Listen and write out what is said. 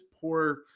poor